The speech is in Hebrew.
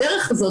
הדרך הזאת,